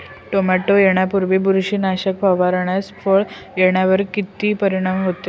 Tomato येण्यापूर्वी बुरशीनाशक फवारल्यास फळ येण्यावर किती परिणाम होतो?